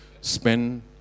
Spend